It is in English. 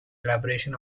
elaboration